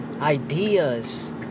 Ideas